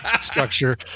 structure